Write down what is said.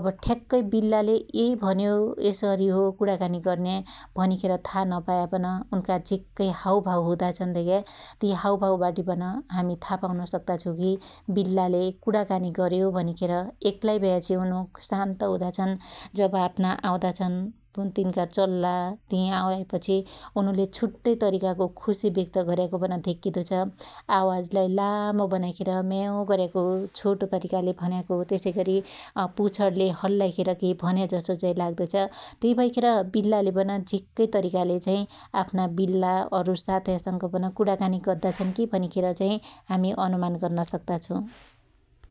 । ठ्क्क बिल्लाले यै भन्यो यसरी हो कुणाकानी गर्नया था नपायापन उनका झिक्कै हाउभाउहुदाछन धेक्या ति हाउभाउबाटि पन हामि था पाउन सक्त्तता छु की बिल्लाले कुणाकानि गर्या भनिखेर । एक्लाई भयापछि उनु सान्त हुदाछन जब आप्ना आउदा छन उ तिनका चल्ला ति आयापछि उनुले छुट्टै तरीकाको खुशी व्यक्त्त गर्याको पन धेक्किदो छ । आवाजलाई लामो बनाईखेर म्याउ गर्याको छोटो तरिकाले भन्याको ,त्यसैगरी पुछणले हल्लाईखेर कइ भन्याजसो चाहि लाग्दो छ । त्यइ भैखेर बिल्लाले पन झिक्कै तरिकाले आफ्ना बिल्ला अरु सात्यास‌ंग पन कुणाकानी गद्दा छनकी भनिखेर चाहि हामि अनुमान गर्न सक्त्ता छौ ।